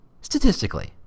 statistically